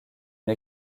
une